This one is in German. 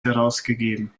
herausgegeben